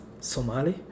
Somali